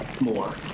more